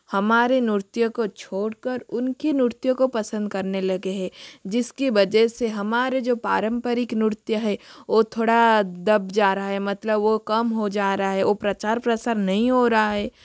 हमारे नृत्य को छोड़ कर उनकी नृत्य को पसंद करने लगे है जिसकी वजह से हमारे जो पारम्परिक नृत्य है वह थोड़ा दब जा रहा है मतलब वह कम हो जा रहा है वह प्रचार प्रसार नहीं हो रहा है